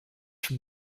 from